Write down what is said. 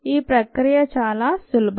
ఈ ప్రక్రియ చాలా సులభం